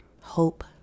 hope